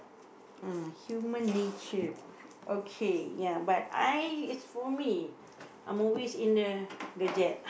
ah human nature okay ya but I is for me I'm always in the the